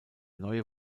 neue